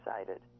excited